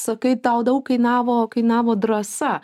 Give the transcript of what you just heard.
sakai tau daug kainavo kainavo drąsa